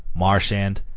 Marshand